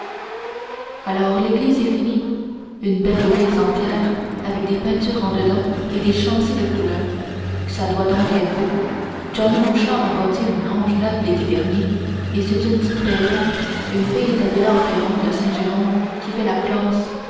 alors l'église est finie une belle église en pierre avec des peintures en dedans et des châssis de couleur que ça doit donc être beau johnny bouchard a bâti une grange neuve l'été dernier et c'est une petite perron une fille d'abélard perron de saint jérôme qui fait la classe